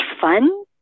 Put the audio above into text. fun